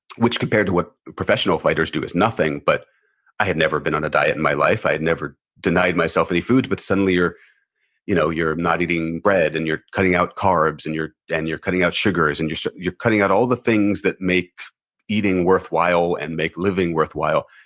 which compared to what professional fighters do is nothing, but i had never been on a diet in my life. i had never denied myself any foods, but suddenly you're you know you're not eating bread. and you're cutting out carbs, and you're and you're cutting out sugars, and you're you're cutting out all things that make eating worthwhile and make living worthwhile.